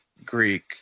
Greek